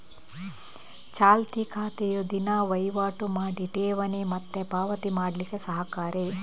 ಚಾಲ್ತಿ ಖಾತೆಯು ದಿನಾ ವೈವಾಟು ಮಾಡಿ ಠೇವಣಿ ಮತ್ತೆ ಪಾವತಿ ಮಾಡ್ಲಿಕ್ಕೆ ಸಹಕಾರಿ